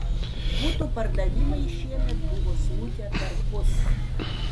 butų pardavimai šiemet buvo smukę perpus